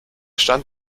stand